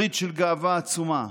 ברית של גאווה עצומה.